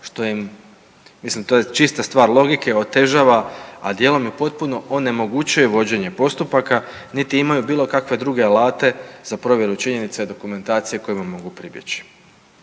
što im, mislim, to je čista stvar logike, otežava, a dijelom i potpuno onemogućuje vođenje postupaka niti imaju bilo kakve druge alate za provjeru činjenica i dokumentacije kojima mogu pribjeći.